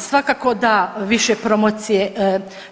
Pa svakako da više promocije